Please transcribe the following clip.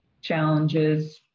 challenges